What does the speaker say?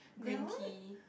green tea